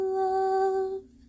love